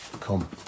come